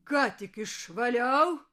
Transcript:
ką tik išvaliau